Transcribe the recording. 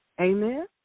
amen